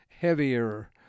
heavier